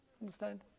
Understand